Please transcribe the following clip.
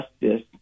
justice